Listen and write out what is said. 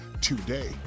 today